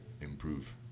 improve